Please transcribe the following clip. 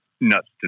nuts